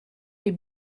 des